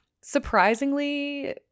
surprisingly